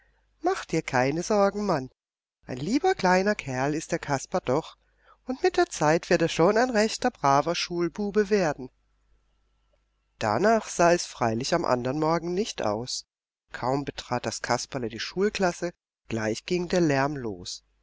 mach dir keine sorge mann ein lieber kleiner kerl ist der kasper doch und mit der zeit wird er schon ein rechter braver schulbube werden danach sah es freilich am andern morgen nicht aus kaum betrat das kasperle die schulklasse gleich ging der lärm los